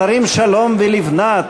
השרים שלום לבנת.